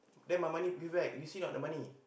then my money be back you see not the money